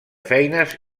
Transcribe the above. feines